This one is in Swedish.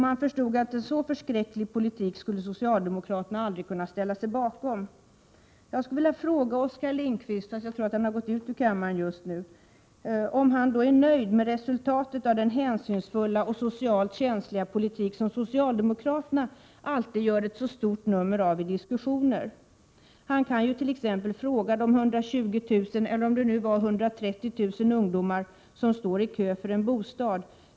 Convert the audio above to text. Man förstod att en så förskräcklig politik skulle socialdemokraterna aldrig kunna ställa sig bakom. Jag skulle vilja fråga Oskar Lindkvist — fast jag tror att han har gått ut ur kammaren just nu — om han är nöjd med resultatet av den hänsynsfulla och socialt känsliga politik som socialdemokraterna alltid gör ett så stort nummer avidiskussioner. Han kan jut.ex. fråga de 120 000— eller om det var 130 000 — ungdomar som står i kö för en bostad.